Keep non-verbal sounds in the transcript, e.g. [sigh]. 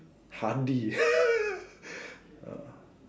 hardly [laughs] ya